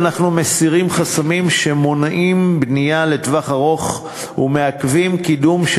אנחנו מסירים חסמים שמונעים בנייה לטווח ארוך ומעכבים קידום של